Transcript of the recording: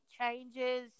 changes